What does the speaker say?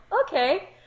okay